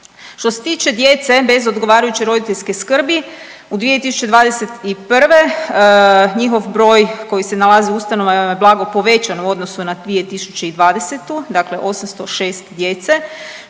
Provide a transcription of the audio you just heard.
Što se tiče djece bez odgovarajuće roditeljske skrbi u 2021. njihov broj koji se nalazi u ustanovama je blago povećan u odnosu na 2020., dakle 806 djece